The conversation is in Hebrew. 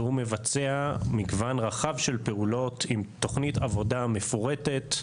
והוא מבצע מגוון רחב של פעולות עם תוכנית עבודה מפורטת,